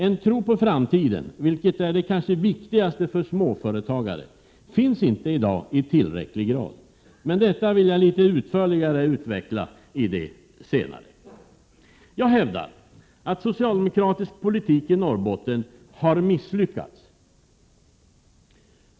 En tro på framtiden — vilket är det kanske viktigaste för småföretagare — finns inte i dag i tillräcklig grad. Detta vill jag litet utförligare utveckla i det senare. Jag hävdar att socialdemokratisk politik i Norrbotten har misslyckats!